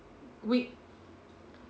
week